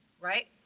right